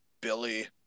Billy